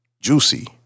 Juicy